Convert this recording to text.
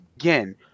again